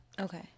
Okay